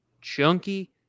chunky